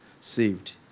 saved